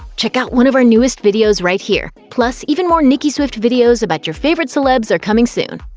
check out one of our newest videos right here! plus, even more nicki swift videos about your favorite celebs are coming soon.